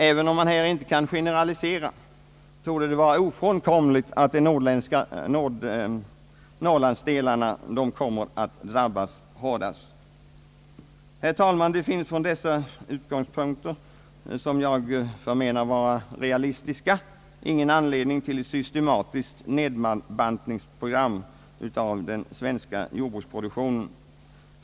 även om man inte kan generalisera torde det vara ofrånkomligt att Norrland kommer att drabbas hårdast. Herr talman! Det finns från dessa utgångspunkter, som jag förmenar vara realistiska, ingen anledning till systematisk nedbantning av den svenska jordbruksproduktionen.